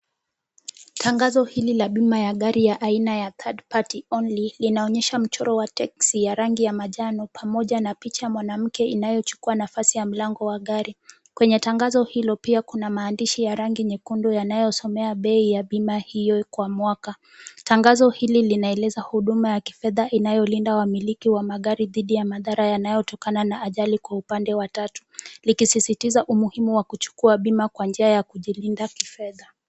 Tangazo hili la bima ya gari ya aina ya third party only linaonyesha mchoro wa teksi ya rangi ya majano pamoja na picha mwanamke inayochukua nafasi ya mlango wa gari. Kwenye tangazo hilo pia kuna maandishi ya rangi nyekundu yanayosomea bei ya bima hiyo kwa mwaka. Tangazo hili linaeleza huduma ya kifedha inayolinda wamiliki wa magari dhidi ya madhara yanayotokana na ajali kwa upande wa tatu. Likisisitiza umuhimu wa kuchukua bima kwa njia ya kujilinda kifedha.